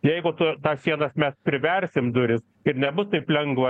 jeigu tu tą sienas mes priversim duris ir nebus taip lengva